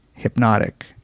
hypnotic